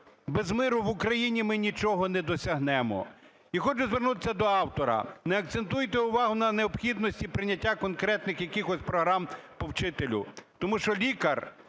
Без миру в Україні ми нічого не досягнемо. І хочу звернутися до автора. Не акцентуйте увагу на необхідності прийняття конкретних якихось програм по вчителю. Тому що лікар,